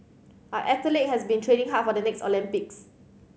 our athletes have been training hard for the next Olympics